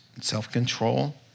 self-control